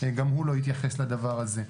גם הוא לא התייחס לדבר הזה.